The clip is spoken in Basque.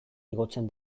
igotzen